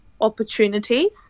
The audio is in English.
opportunities